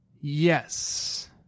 Yes